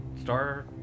Star